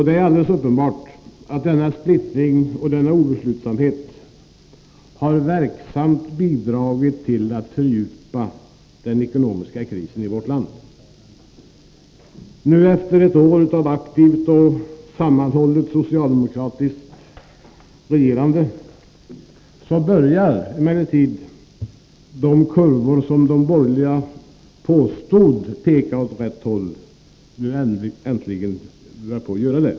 Det är alldeles uppenbart att denna splittring och obeslutsamhet verksamt har bidragit till att fördjupa den ekonomiska krisen i vårt land. Efter ett år av aktiv och sammanhållen socialdemokratisk politik börjar emellertid de kurvor som de borgerliga påstod pekade åt rätt håll nu verkligen göra det.